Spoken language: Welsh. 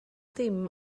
dim